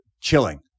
chilling